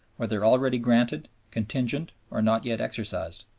whether already granted, contingent or not yet exercised,